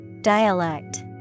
Dialect